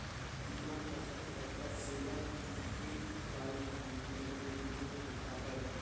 कीमत वस्तु अथवा सेवा की एक इकाई ख़रीदने के लिए देता है